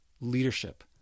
leadership